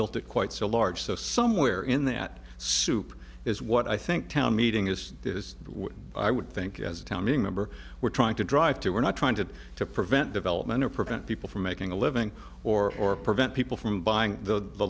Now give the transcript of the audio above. built it quite so large so somewhere in that soup is what i think town meeting is is what i would think as a town meeting member we're trying to drive to we're not trying to to prevent development or prevent people from making a living or or prevent people from buying the